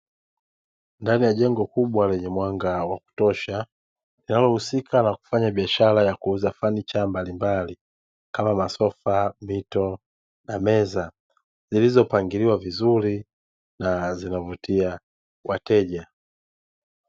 Ndani ya jengo lenye mwanga wa kutosha linalohusika na kufanya biashara ya kuuza fanicha mbalimbali kama masofa, mito na meza; zilizopangiliwa vizuri na zinavutia wateja.